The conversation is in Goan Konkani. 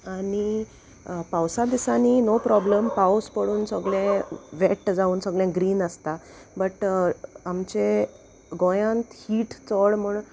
आनी पावसा दिसांनी नो प्रोब्लम पावस पडून सोगलें वेट जावन सोगलें ग्रीन आसता बट आमचे गोंयांत हीट चड म्हूण